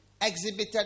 exhibited